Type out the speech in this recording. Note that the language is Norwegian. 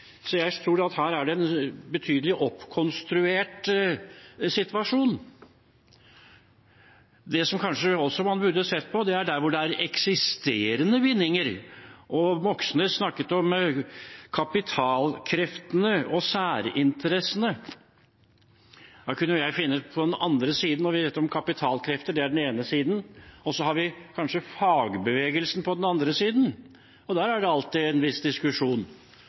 Jeg tror det er en betydelig oppkonstruert situasjon her. Det man kanskje også burde sett på, er eksisterende bindinger. Moxnes snakket om kapitalkreftene og særinteressene. Da kunne jo jeg finne noe på den andre siden. Kapitalkrefter er den ene siden, og så har vi kanskje fagbevegelsen på den andre siden. Der er det alltid en viss diskusjon.